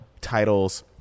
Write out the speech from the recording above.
titles